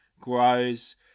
grows